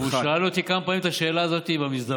הוא שאל אותי כמה פעמים את השאלה הזאת במסדרון,